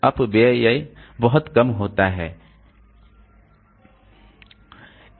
तो अपव्यय बहुत कम होता है